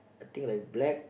I think like black